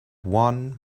one